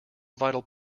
vital